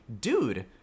dude